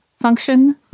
function